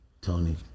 Tony